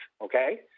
okay